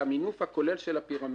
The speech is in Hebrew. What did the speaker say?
על המינוף הכולל של הפירמידה.